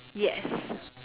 yes